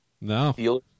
no